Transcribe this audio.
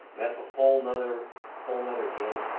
that's a whole another whole another game.